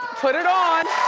put it on.